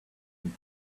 and